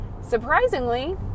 surprisingly